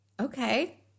okay